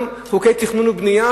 גם חוקי תכנון ובנייה?